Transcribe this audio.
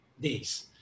days